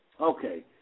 Okay